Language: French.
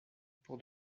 pour